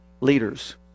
leaders